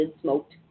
smoked